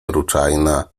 ruczajna